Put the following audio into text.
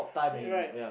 right